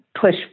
push